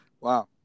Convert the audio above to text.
Wow